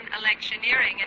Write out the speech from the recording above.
electioneering